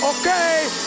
Okay